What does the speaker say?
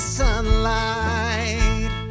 sunlight